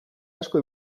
asko